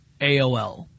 AOL